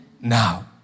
now